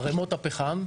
ערמות הפחם,